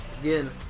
Again